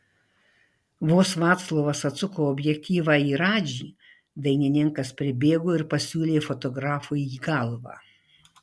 vos vaclovas atsuko objektyvą į radžį dainininkas pribėgo ir pasiūlė fotografui į galvą